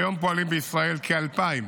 כיום פועלים בישראל כ-2,000